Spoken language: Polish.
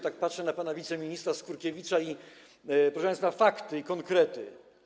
Tak patrzę na pana wiceministra Skurkiewicza i proszę państwa, fakty i konkrety.